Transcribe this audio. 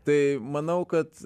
tai manau kad